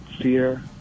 fear